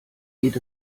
geht